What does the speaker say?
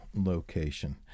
location